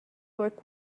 work